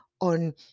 on